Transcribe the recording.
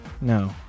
No